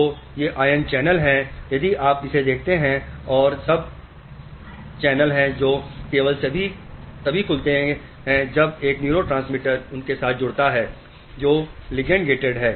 तो ये ION channel हैं यदि आप इसे देखते हैं और सब आयन चैनल हैं जो केवल तभी खुलेंगे जब एक न्यूरोट्रांसमीटर उनके साथ जुड़ता है जो लिगेंड गेटेड हैं